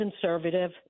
conservative